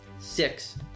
Six